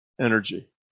energy